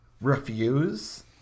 refuse